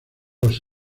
los